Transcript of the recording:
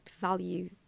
value